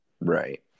Right